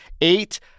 Eight